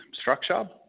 structure